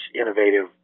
innovative